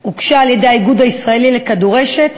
הוגשה על-ידי האיגוד הישראלי לכדורשת,